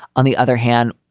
on the other hand,